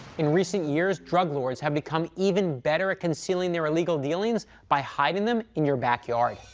in recent years, drug lords have become even better at concealing their illegal dealings by hiding them in your backyard.